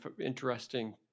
interesting